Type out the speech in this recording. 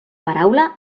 paraula